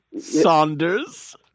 Saunders